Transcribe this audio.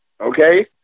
Okay